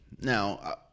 Now